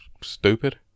stupid